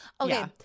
Okay